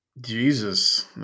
Jesus